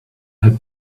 had